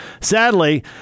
Sadly